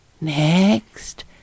next